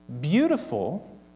beautiful